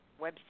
website